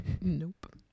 Nope